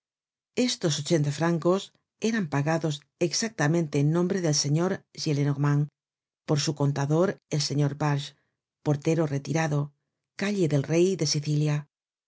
estos ochenta francos eran pagados exactamente en nombre del señor gillenormand por su contador el señor barge portero retirado calle del rey de sicilia